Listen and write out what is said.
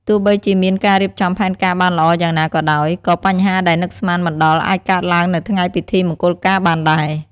ទោះបីជាមានការរៀបចំផែនការបានល្អយ៉ាងណាក៏ដោយ ក៏បញ្ហាដែលនឹកស្មានមិនដល់អាចកើតឡើងនៅថ្ងៃពិធីមង្គលការបានដែរ។